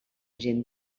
gent